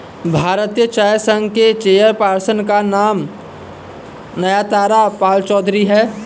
भारतीय चाय संघ के चेयर पर्सन का नाम नयनतारा पालचौधरी हैं